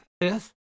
yes